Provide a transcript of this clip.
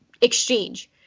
exchange